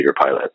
pilot